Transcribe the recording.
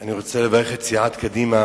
אני רוצה לברך את סיעת קדימה